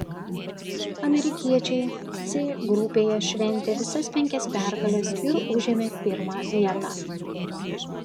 amerikiečiai c grupėje šventė visas penkias pergales ir užėmė pirmą vietą